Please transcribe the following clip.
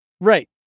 Right